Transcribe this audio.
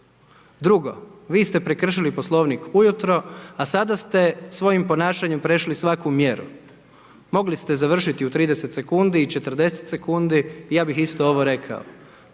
Drugo vi ste prekršili Poslovnik ujutro, a sada ste svojim ponašanjem prešli svaku mjeru. Mogli ste završiti u 30 sec i u 40 sec i ja bi isto ovo rekao.